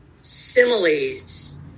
similes